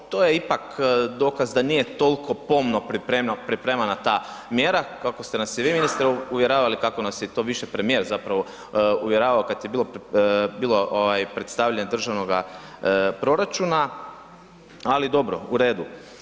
To je ipak dokaz da nije toliko pomno pripremana ta mjera kako ste nas i vi ministre uvjeravali, kako nas je to više premijer zapravo uvjeravao kad je bilo ovaj predstavljanje državnoga proračuna, ali dobro u redu.